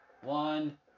One